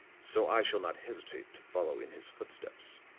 so i shall not hesitate to follow in his footsteps.